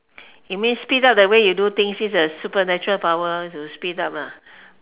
you mean speed up the way you do things use the supernatural power to speed up lah